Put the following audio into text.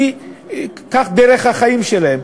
כי כך דרך החיים שלהם.